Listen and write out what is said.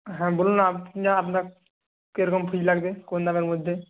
হ্যাঁ বলুন আপনি আপনার কীরকম ফ্রিজ লাগবে কোন দামের মধ্যে